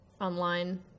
online